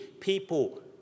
people